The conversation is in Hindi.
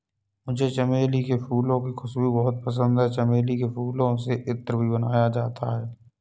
मुझे चमेली के फूलों की खुशबू बहुत पसंद है चमेली के फूलों से इत्र भी बनाया जाता है